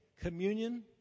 communion